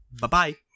Bye-bye